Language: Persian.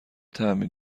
طعمی